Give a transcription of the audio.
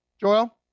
Joel